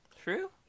True